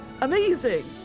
amazing